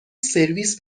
سرویس